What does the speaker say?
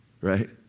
Right